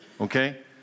okay